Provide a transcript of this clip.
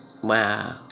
Wow